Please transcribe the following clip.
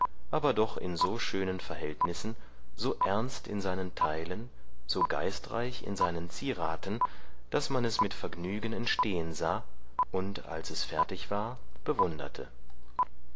aber doch in so schönen verhältnissen so ernst in seinen teilen so geistreich in seinen zieraten daß man es mit vergnügen entstehen sah und als es fertig war bewunderte